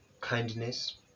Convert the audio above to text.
kindness